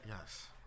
Yes